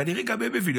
כנראה גם הם מבינים.